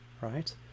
right